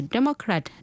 Democrat